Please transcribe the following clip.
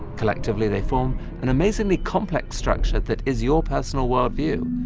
collectively they form an amazingly complex structure that is your personal worldview.